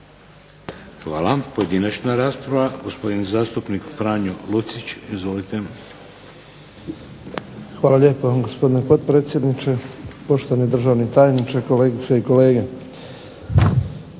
Hvala. Pojedinačna rapsrava. Gospodin zastupnik Franjo Lucić, izvolite. **Lucić, Franjo (HDZ)** Hvala lijepa gospodine potpredsjedniče, poštovani državni tajniče, kolegice i kolege.